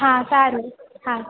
હા સારૂ હા